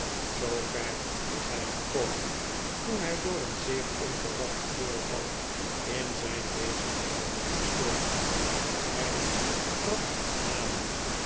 was hij gekomen toen hij door een zeer onverwacht voorval in zijn bezigheden werd gestoord er trad